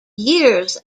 years